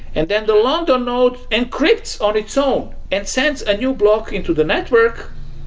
and then the london node encrypts on its own and sends a new block into the network,